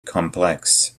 complex